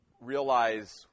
realize